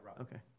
Okay